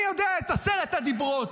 אני יודע את עשרת הדיברות,